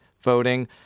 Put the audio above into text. voting